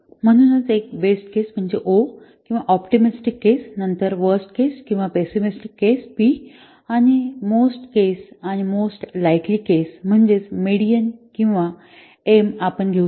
म्हणूनच एक best case म्हणजे ओ किंवा ऑप्टिमिस्टिक केस नंतर वर्स्ट केस किंवा पेसिमेस्टीक केस आणि मोस्ट केस आणि मोस्ट लाइकली केस म्हणजे मेडिअन किंवा एम आपण घेऊ शकतो